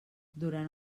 durant